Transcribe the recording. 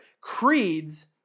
creeds